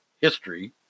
history